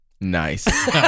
Nice